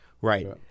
Right